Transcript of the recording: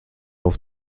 auf